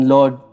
Lord